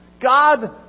God